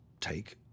take